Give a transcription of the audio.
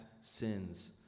sins